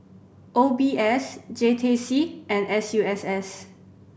O B S J T C and S U S S